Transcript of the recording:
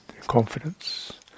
Confidence